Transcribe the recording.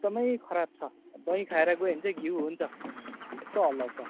एकदमै खराब छ दही खाएर गयो भने चाहिँ घिउ हुन्छ त्यस्तो हल्लाउँछ